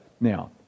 now